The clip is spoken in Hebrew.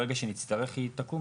ברגע שנצטרך היא תקום,